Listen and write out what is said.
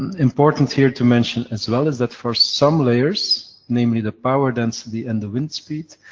and important, here, to mention, as well, is that for some layers, namely, the power density and the windspeed,